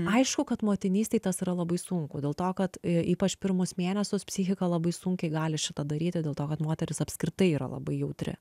aišku kad motinystėj tas yra labai sunku dėl to kad ypač pirmus mėnesius psichika labai sunkiai gali šitą daryti dėl to kad moteris apskritai yra labai jautri